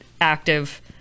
active